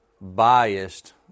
biased